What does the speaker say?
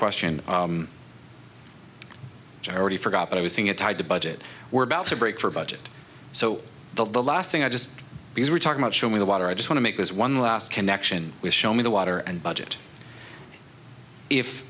question john already forgot that i was thing it's hard to budget we're about to break for budget so the last thing i just because we're talking about show me the water i just wanna make this one last connection with show me the water and budget if